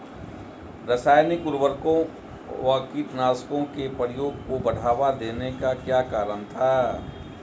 रासायनिक उर्वरकों व कीटनाशकों के प्रयोग को बढ़ावा देने का क्या कारण था?